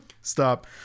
stop